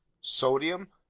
sodium?